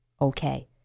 okay